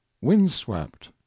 windswept